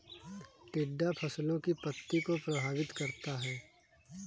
टिड्डा फसलों की पत्ती को प्रभावित करता है